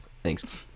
Thanks